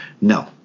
No